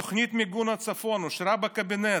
תוכנית מיגון הצפון אושרה בקבינט,